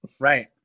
Right